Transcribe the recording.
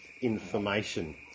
information